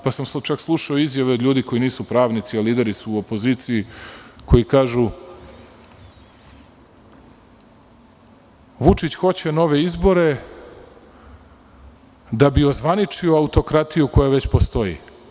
Čak sam slušao izjave od ljudi koji nisu pravnici, a lideri su u opoziciji, koji kažu – Vučić hoće nove izbore da bi ozvaničio autokratiju koja već postoji.